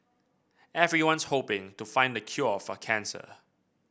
everyone's hoping to find the cure for cancer